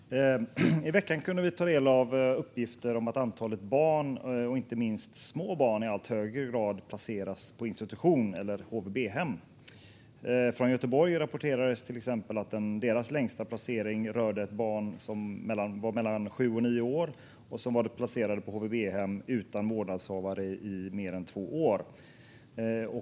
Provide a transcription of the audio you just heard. Fru talman! I veckan kunde vi ta del av uppgifter om att barn, inte minst små barn, i allt högre grad placeras på institution eller HVB-hem. Från Göteborg rapporterades till exempel att deras längsta placering rörde barn som var mellan sju och nio år och som varit placerade på HVB-hem utan vårdnadshavare i mer än två år.